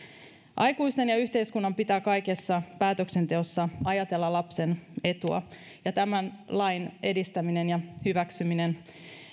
aikuisten ja yhteiskunnan pitää kaikessa päätöksenteossa ajatella lapsen etua ja tämän lain edistäminen ja hyväksyminen